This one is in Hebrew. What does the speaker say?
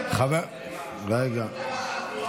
מדברים?